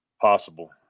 Possible